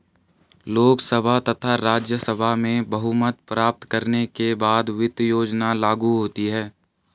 लोकसभा तथा राज्यसभा में बहुमत प्राप्त करने के बाद वित्त योजना लागू होती है